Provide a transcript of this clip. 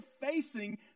facing